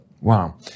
Wow